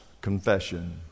confession